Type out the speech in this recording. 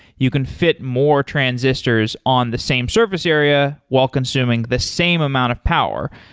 you can fit more transistors on the same surface area while consuming the same amount of power.